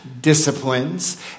disciplines